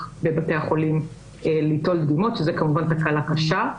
בבתי החולים ליטול דגימות - שזו כמובן תקלה קשה.